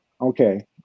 Okay